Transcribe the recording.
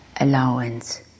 allowance